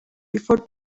before